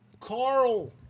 Carl